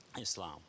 Islam